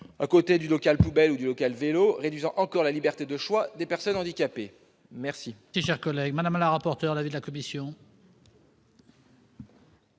à côté du local à poubelles ou du local à vélos, réduisant encore la liberté de choix des personnes handicapées. Quel